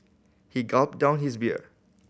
he gulped down his beer